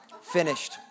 finished